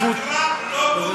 האגרה לא בוטלה.